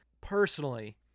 Personally